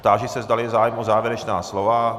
Táži se, zdali je zájem o závěrečná slova.